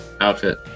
outfit